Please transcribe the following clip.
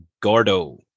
Gordo